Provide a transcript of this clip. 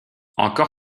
encore